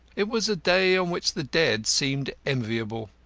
it was a day on which the dead seemed enviable.